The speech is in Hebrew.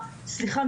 סליחה,